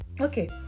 okay